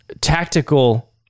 tactical